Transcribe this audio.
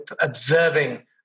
observing